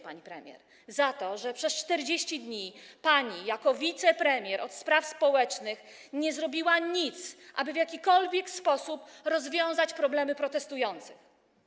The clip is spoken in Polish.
Pani premier, za to, że przez 40 dni pani jako wicepremier do spraw społecznych nie zrobiła nic, aby w jakikolwiek sposób rozwiązać problemy protestujących.